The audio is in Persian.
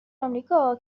آمریکا